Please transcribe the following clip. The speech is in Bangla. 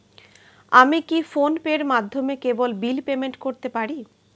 আমি কি ফোন পের মাধ্যমে কেবল বিল পেমেন্ট করতে পারি?